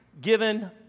given